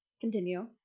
Continue